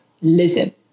listen